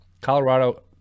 colorado